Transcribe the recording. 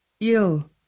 ill